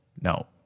no